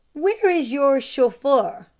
where is your chauffeur,